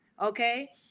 okay